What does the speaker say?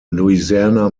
louisiana